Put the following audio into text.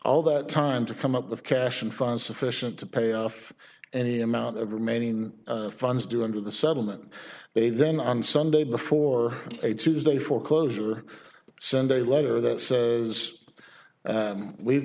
all that time to come up with cash and fund sufficient to pay off any amount of remaining funds do under the settlement they then on sunday before a tuesday for closure or send a letter that says we've